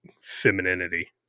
femininity